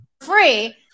Free